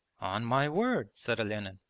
on my word said olenin.